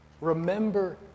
Remember